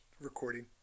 recording